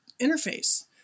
interface